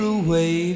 away